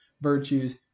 virtues